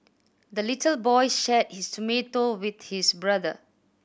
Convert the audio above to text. the little boy shared his tomato with his brother